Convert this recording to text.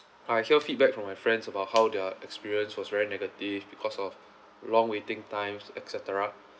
I hear feedback from my friends about how their experience was very negative because of long waiting times et cetera